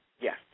Yes